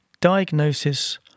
Diagnosis